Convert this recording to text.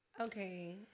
Okay